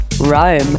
Rome